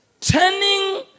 turning